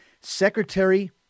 secretary